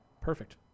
perfect